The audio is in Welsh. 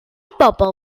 bobl